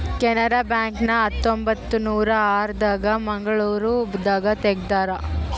Canara Bank ನ ಹತ್ತೊಂಬತ್ತನೂರ ಆರ ದಾಗ ಮಂಗಳೂರು ದಾಗ ತೆಗ್ದಾರ